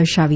દર્શાવી